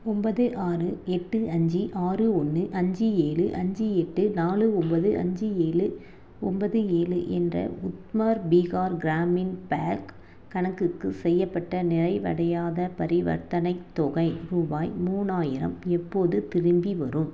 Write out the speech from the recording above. ஒம்போது ஆறு எட்டு அஞ்சி ஆறு ஒன்னு அஞ்சி ஏழு அஞ்சி எட்டு நாலு ஒம்போது அஞ்சி ஏழு ஒம்போது ஏழு என்ற உத்மர் பீகார் கிராமின் பேங்க் கணக்குக்கு செய்யப்பட்ட நிறைவடையாத பரிவர்த்தனைத் தொகை ரூபாய் மூணாயிரம் எப்போது திரும்பி வரும்